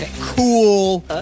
Cool